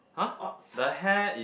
ox